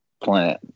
planet